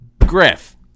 Griff